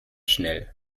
schnell